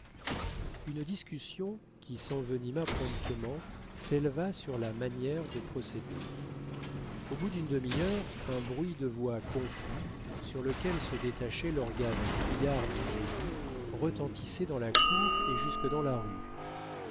une discussion qui s'envenima promptement s'éleva sur la manière de procéder au bout d'une demi-heure un bruit de voix confus sur lequel se détachait l'organe criard de zélie retentissait dans la cour et jusque dans la rue